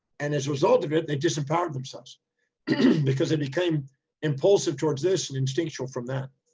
and as a result of it, they disempowered themselves because it became impulsive towards this and instinctual from that.